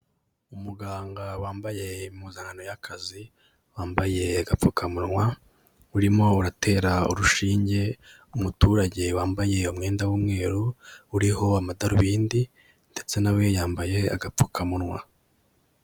Umuganga wambaye impuzankano y'akazi, wambaye agapfukamunwa urimo uratera urushinge umuturage wambaye umwenda w'umweru uriho amadarubindi, ndetse nawe yambaye agapfukamunwa.